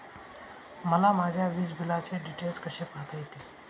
मला माझ्या वीजबिलाचे डिटेल्स कसे पाहता येतील?